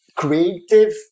creative